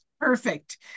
Perfect